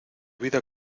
vida